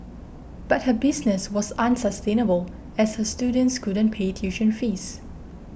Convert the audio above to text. but her business was unsustainable as her students couldn't pay tuition fees